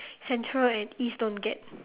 central and east don't get